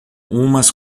umas